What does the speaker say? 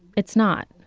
it's not.